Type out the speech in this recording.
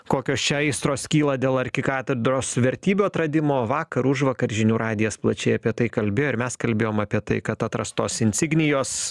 kokios čia aistros kyla dėl arkikatedros vertybių atradimo vakar užvakar žinių radijas plačiai apie tai kalbėjo ir mes kalbėjome apie tai kad atrastos insignijos